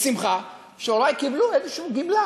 בשמחה שהורי קיבלו איזו גמלה,